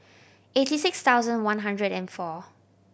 eighty six thousand one hundred and four